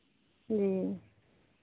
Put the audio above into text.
जी